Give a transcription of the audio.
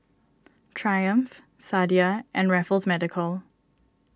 Triumph Sadia and Raffles Medical